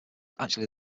actually